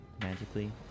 magically